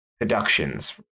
deductions